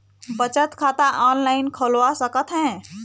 बचत खाता ऑनलाइन खोलवा सकथें?